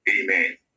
Amen